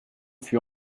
fût